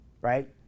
right